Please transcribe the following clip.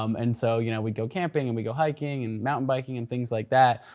um and so you know we'd go camping and we'd go hiking and mountain biking and things like that.